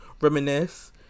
reminisce